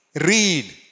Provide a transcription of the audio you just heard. read